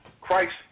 Christ